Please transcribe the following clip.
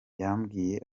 yambwiye